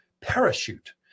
parachute